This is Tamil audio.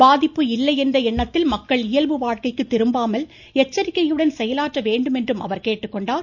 பாதிப்பு இல்லை என்ற எண்ணத்தில் மக்கள் இயல்பு வாழ்க்கைக்கு திரும்பாமல் எச்சரிக்கையுடன் செயலாற்ற வேண்டும் என்றும் கேட்டுக்கொண்டார்